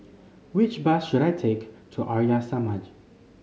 which bus should I take to Arya Samaj